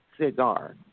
cigar